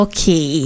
Okay